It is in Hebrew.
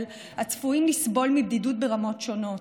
הצפויים לסבול מבדידות ברמות שונות.